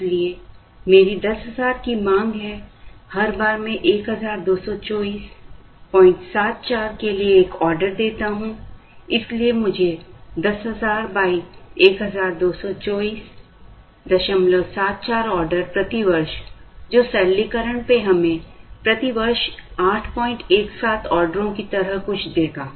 इसलिए मेरी 10000 की मांग है हर बार मैं 122474 के लिए एक ऑर्डर देता हूं इसलिए मुझे 10000 122474 ऑर्डर प्रति वर्ष जो सरलीकरण पर हमें प्रति वर्ष 817 ऑर्डरों की तरह कुछ देगा